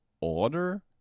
order